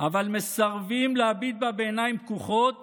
אבל מסרבים להביט בה בעיניים פקוחות